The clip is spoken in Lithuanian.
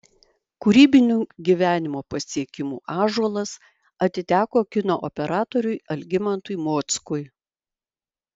kūrybinių gyvenimo pasiekimų ąžuolas atiteko kino operatoriui algimantui mockui